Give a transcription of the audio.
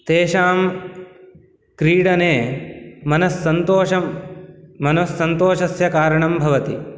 तेषां क्रीडने मनःसन्तोषं मनःसन्तोषस्य कारणं भवति